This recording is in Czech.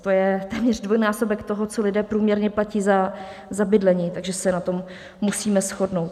To je téměř dvojnásobek toho, co lidé průměrně platí za bydlení, takže se na tom musíme shodnout.